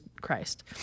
Christ